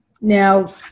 Now